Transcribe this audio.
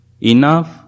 enough